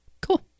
Cool